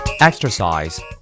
Exercise